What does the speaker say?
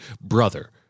brother